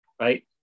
right